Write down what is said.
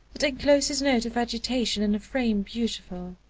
but enclosed his note of agitation in a frame beautiful.